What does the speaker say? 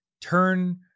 Turn